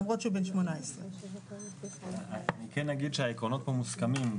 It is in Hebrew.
למרות שהוא בן 18. כן נגיד פה שהעקרונות פה מוסכמים,